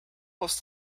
was